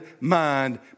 mind